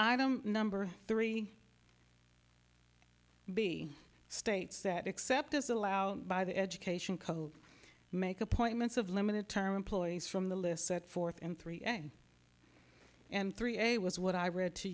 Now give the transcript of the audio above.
item number three b states that except as allowed by the education make appointments of limited term employees from the list set forth in three and three a was what i read to